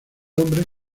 hombres